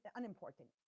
unimportant